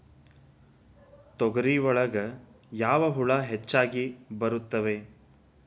ತೊಗರಿ ಒಳಗ ಯಾವ ಹುಳ ಹೆಚ್ಚಾಗಿ ಬರ್ತವೆ?